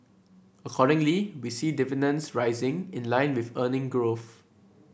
accordingly we see dividends rising in line with earning growth